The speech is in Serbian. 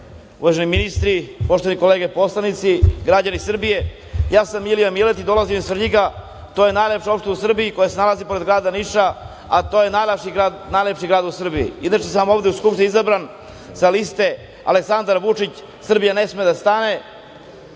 uvaženi ministri, poštovane kolege poslanici, građani Srbije, ja sam Milija Miletić, dolazim iz Svrljiga, to je najlepša opština u Srbiji, koja se nalazi pored grada Niša, a to je najlepši grad u Srbiji. Inače sam ovde u Skupštini izabran sa liste Aleksandar Vučić - Srbija ne sme da stane